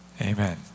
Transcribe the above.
Amen